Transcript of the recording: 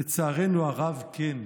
לצערנו הרב, כן.